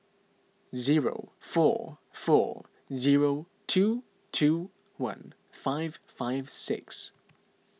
zero four four zero two two one five five six